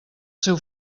seu